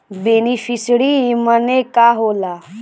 Beneficiary मने का होला?